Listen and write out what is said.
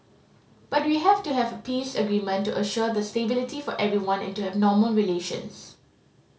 but we have to have a peace agreement to assure the stability for everyone and to have normal relations